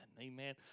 Amen